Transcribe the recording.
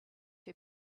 who